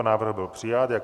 Návrh byl přijat.